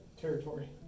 territory